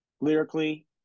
Lyrically